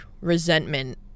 resentment